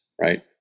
right